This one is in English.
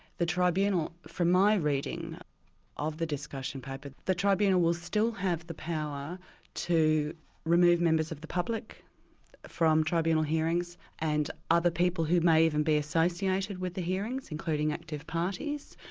the tribunal from my reading of the discussion paper, the tribunal will still have the power to remove members of the public from tribunal hearings, and other people who may even be associated with the hearings, including active parties.